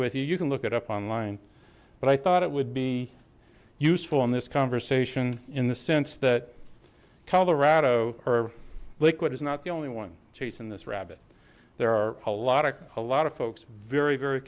with you you can look it up online but i thought it would be useful in this conversation in the sense that colorado or liquid is not the only one chasing this rabbit there are a lot of a lot of folks very very